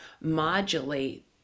modulate